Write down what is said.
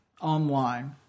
online